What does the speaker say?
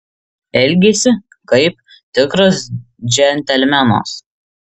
elgėsi kaip tikras džentelmenas